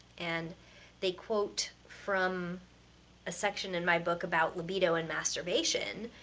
and they quote from a section in my book about libido and masturbation,